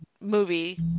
movie